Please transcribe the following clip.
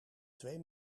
twee